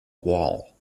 wall